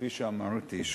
כפי שאמרתי,